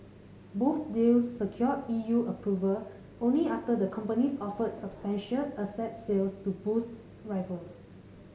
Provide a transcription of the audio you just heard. most deals secured E U approval only after the companies offered substantial asset sales to boost rivals